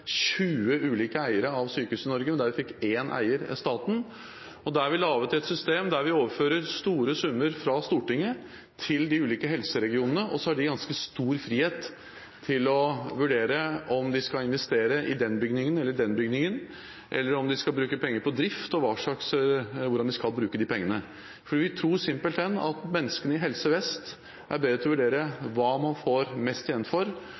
20 ulike eiere av sykehusene i Norge, men fikk én eier, staten – og der vi laget et system hvor vi overfører store summer fra Stortinget til de ulike helseregionene, som så har ganske stor frihet til å vurdere om de skal investere i den eller den bygningen, om de skal bruke penger på drift eller hvordan de nå skal bruke dem. Vi tror simpelthen at menneskene i Helse Vest er bedre til å vurdere hva man får mest igjen for,